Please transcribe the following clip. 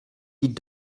die